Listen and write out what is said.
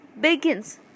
begins